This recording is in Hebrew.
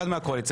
אחד מהקואליציה,